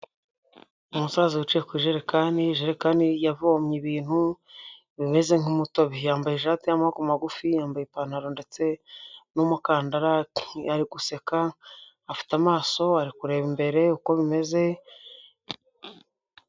Umusaza wicaye kujerekani, ijekani yavomye ibintu bimeze nk'umutobe, yambaye ishati y'amaboko magufi, yambaye ipantaro ndetse n'umukandara ari guseka, afite amaso, ari kureba imbere uko bimeze.